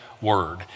word